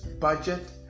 budget